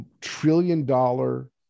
trillion-dollar